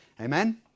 Amen